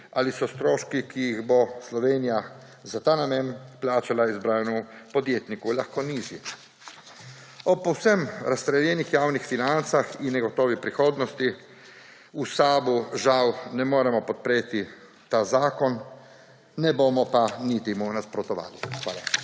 ali so stroški, ki jih bo Slovenija za ta namen plačala izbranemu podjetniku, lahko nižji. Ob povsem razstreljenih javnih financah in negotovi prihodnosti v SAB žal ne moremo podpreti tega zakona, ne bomo mu pa niti nasprotovali. Hvala.